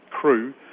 crew